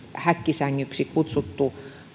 häkkisängyksi kutsuttu